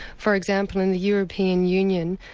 for example, in the european union,